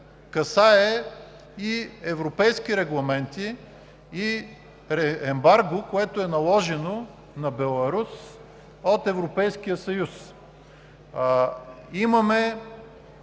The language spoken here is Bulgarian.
касае и европейски регламенти, и ембарго, което е наложено на Беларус от Европейския съюз. Имаме